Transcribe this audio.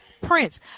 prince